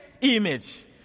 image